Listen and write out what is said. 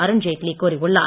அருண்ஜேட்லி கூறியுள்ளார்